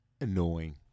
Annoying